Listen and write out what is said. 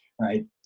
right